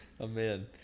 Amen